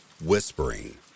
whispering